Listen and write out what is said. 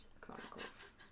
Chronicles